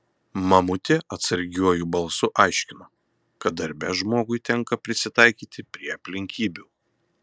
mamutė atsargiuoju balsu aiškino kad darbe žmogui tenka prisitaikyti prie aplinkybių